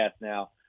now